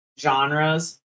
genres